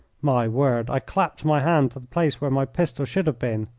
my word, i clapped my hand to the place where my pistol should have been,